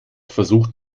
versucht